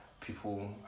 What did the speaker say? people